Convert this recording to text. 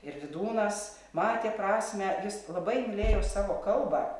ir vydūnas matė prasmę jis labai mylėjo savo kalbą